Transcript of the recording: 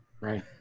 Right